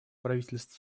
правительств